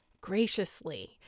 graciously